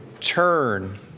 Turn